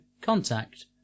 contact